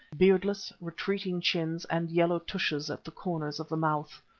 beardless, retreating chins and yellow tushes at the corners of the mouth.